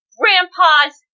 grandpas